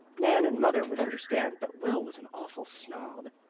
nan and mother would understand, but will was an awful snob.